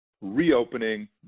reopening